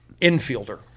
infielder